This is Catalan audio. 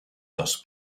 dos